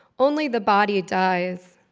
only the body dies,